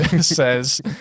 says